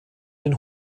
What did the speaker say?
den